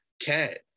Cat